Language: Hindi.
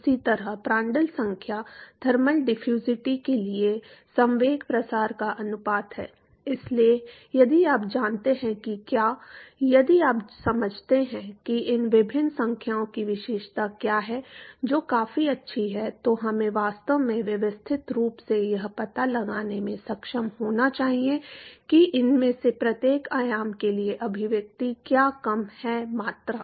इसी तरह प्रांड्ल संख्या थर्मल डिफ्यूज़िविटी के लिए संवेग प्रसार का अनुपात है इसलिए यदि आप जानते हैं कि क्या यदि आप समझते हैं कि इन विभिन्न संख्याओं की विशेषता क्या है जो काफी अच्छी है तो हमें वास्तव में व्यवस्थित रूप से यह पता लगाने में सक्षम होना चाहिए कि इनमें से प्रत्येक आयाम के लिए अभिव्यक्ति क्या कम है मात्रा